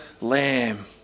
Lamb